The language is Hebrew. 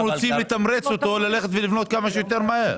רוצים לתמרץ אותו שיבנה כמה שיותר מהר.